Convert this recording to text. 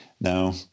Now